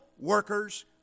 workers